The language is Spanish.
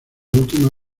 última